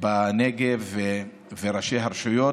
בנגב וראשי הרשויות.